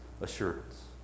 assurance